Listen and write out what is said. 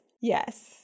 yes